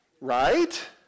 Right